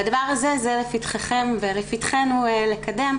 הדבר הזה זה לפתחכם ולפתחנו לקדם,